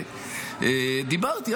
דיברתי,